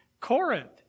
Corinth